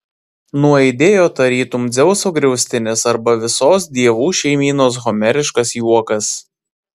nuaidėjo tarytum dzeuso griaustinis arba visos dievų šeimynos homeriškas juokas